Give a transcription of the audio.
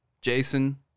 Jason